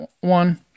one